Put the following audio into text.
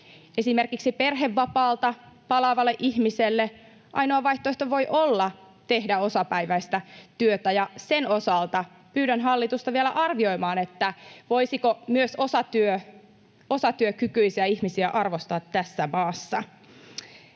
Esimerkiksi perhevapaalta palaavalle ihmiselle ainoa vaihtoehto voi olla tehdä osapäiväistä työtä, ja sen osalta pyydän hallitusta vielä arvioimaan, voisiko myös osatyökykyisiä ihmisiä arvostaa tässä maassa.